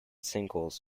singles